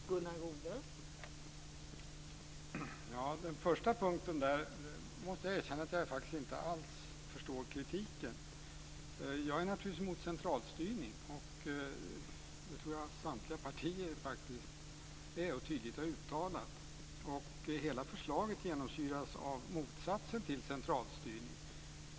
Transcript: Fru talman! På den första punkten måste jag erkänna att jag inte alls förstår kritiken. Jag är naturligtvis emot centralstyrning, och det tror jag faktiskt att samtliga partier är och också tydligt har uttalat. Hela förslaget genomsyras ju av motsatsen till centralstyrning.